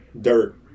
Dirt